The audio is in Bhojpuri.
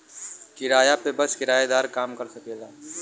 किराया पे बस किराएदारे काम कर सकेला